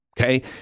Okay